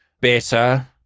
better